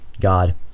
god